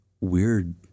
weird